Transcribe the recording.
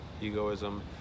egoism